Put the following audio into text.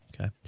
Okay